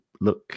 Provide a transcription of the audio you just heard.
Look